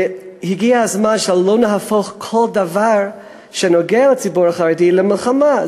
והגיע הזמן שלא נהפוך כל דבר שנוגע בציבור החרדי למלחמה.